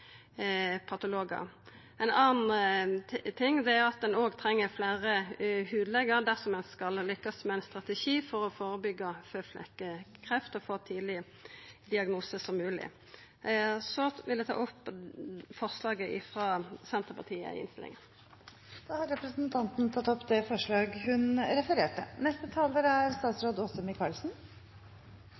Ein annan ting er at ein treng fleire hudlegar dersom ein skal lykkast med ein strategi for å førebyggja føflekkreft og få så tidleg diagnose som mogleg. Eg vil ta opp forslaget i innstillinga frå Senterpartiet og Kristeleg Folkeparti. Da har representanten Kjersti Toppe tatt opp forslaget hun refererte til. Norge er, som det